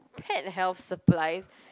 had health supplies